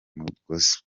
mugozi